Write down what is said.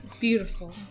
Beautiful